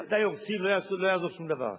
זה ודאי הורסים, לא יעזור שום דבר.